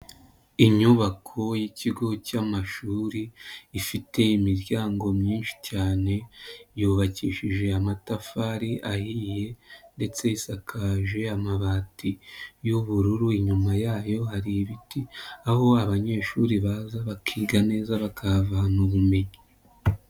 Inyubako y'ikigo cy'amashuri ifite imiryango myinshi cyane yubakishije amatafari ahiye ndetse isakaje amabati y'ubururu, inyuma yayo hari ibiti aho abanyeshuri baza bakiga neza bakahavana ubumenyi.